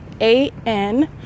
A-N